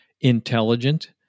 intelligent